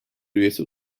üyesi